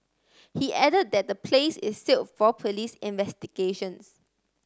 he add that the place is seal for police investigations